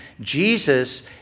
Jesus